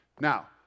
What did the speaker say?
Now